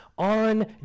On